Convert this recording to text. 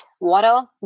water